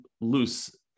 loose